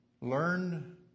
Learn